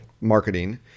marketing